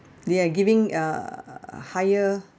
they are giving uh higher